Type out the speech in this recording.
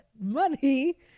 money